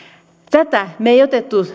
tätä me emme